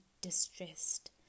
distressed